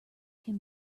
can